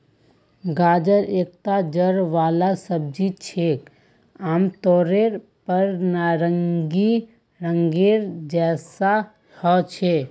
गाजर एकता जड़ वाला सब्जी छिके, आमतौरेर पर नारंगी रंगेर जैसा ह छेक